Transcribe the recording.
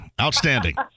Outstanding